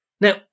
Now